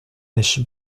mèches